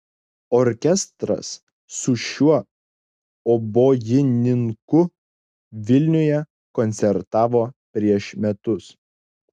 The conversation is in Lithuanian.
orkestras su šiuo obojininku vilniuje koncertavo prieš metus